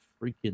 freaking